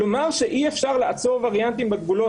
לומר שאי-אפשר לעצור וריאנטים בגבולות